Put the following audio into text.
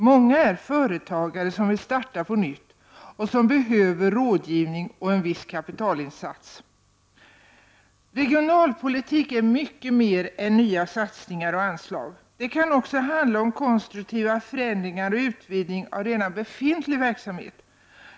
Många är företagare som vill starta på nytt och som behöver rådgivning och en viss kapitalinsats. Regionalpolitik är mycket mer än nya satsningar och anslag. Det kan också handla om konstruktiva förändringar och utvidgning av redan befintlig verksamhet.